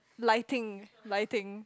lighting lighting